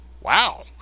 Wow